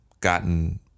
gotten